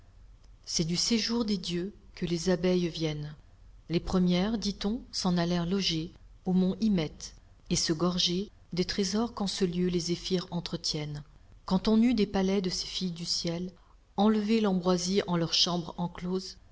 c'est du séjour des dieux que les abeilles viennent les premières dit-on s'en allèrent loger au mont hymette et se gorger des trésors qu'en ce lieu les zéphyrs entretiennent quand on eut des palais de ces filles du ciel enlevé l'ambroisie en leurs chambres enclose